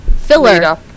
filler